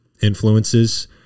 influences